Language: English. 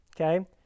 okay